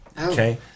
Okay